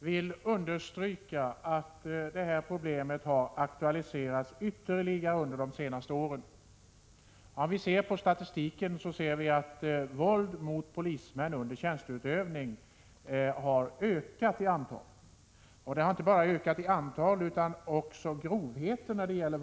vill understryka att det här problemet har aktualiserats ytterligare under de senaste åren. Om vi ser på statistiken, så finner vi att antalet fall av våld mot polismän under tjänsteutövning har ökat. Och det är inte bara antalet fall som har ökat, utan också grovheten i våldet har ökat.